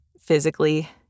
physically